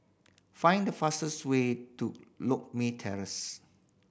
find the fastest way to Loke Terrace